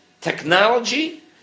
technology